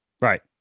Right